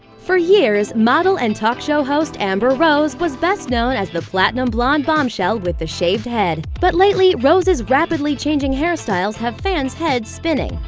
for years, model and talk show host amber rose was best known as the platinum blonde bombshell with the shaved head. but lately, rose's rapidly changing hairstyles have fans' heads spinning.